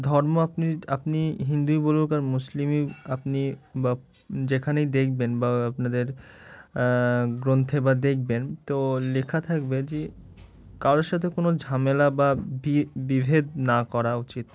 ধর্ম আপনি আপনি হিন্দুই বলুন কার মুসলিমই আপনি বা যেখানেই দেখবেন বা আপনাদের গ্রন্থে বা দেখবেন তো লেখা থাকবে যে কারোর সাথে কোনো ঝামেলা বা বি বিভেদ না করা উচিত